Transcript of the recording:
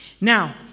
Now